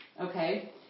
okay